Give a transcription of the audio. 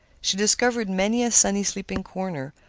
she discovered many a sunny, sleepy corner,